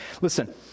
Listen